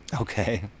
Okay